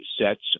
sets